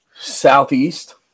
southeast